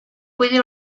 puede